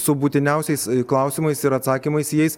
su būtiniausiais klausimais ir atsakymais jais